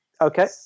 Okay